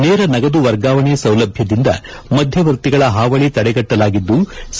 ನೇರ ನಗದು ವರ್ಗಾವಣೆ ಸೌಲಭ್ಯದಿಂದ ಮಧ್ಯವರ್ತಿಗಳ ಹಾವಳ ತಡೆಗಟ್ಟಲಾಗಿದ್ಲು